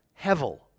hevel